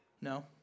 No